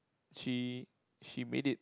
she she made it